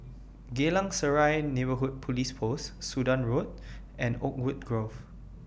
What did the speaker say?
Geylang Serai Neighbourhood Police Post Sudan Road and Oakwood Grove